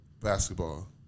basketball